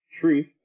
truth